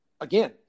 again